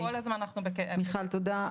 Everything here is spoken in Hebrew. מיכל, תודה.